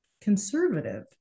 conservative